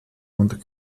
und